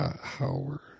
Howard